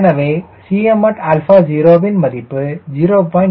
எனவே at 0 யின் மதிப்பு 0